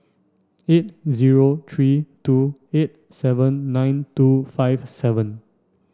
eight zero three two eight seven nine two five seven